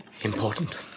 Important